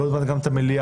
ועוד מעט גם את המליאה,